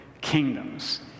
kingdoms